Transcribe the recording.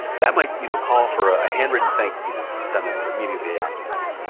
and that might, you know, call for a handwritten thank you note that you send them immediately afterwards.